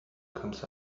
comes